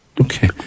okay